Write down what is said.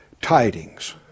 tidings